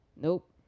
Nope